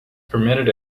permitted